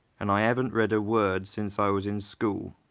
and i haven't read a word since i was in school.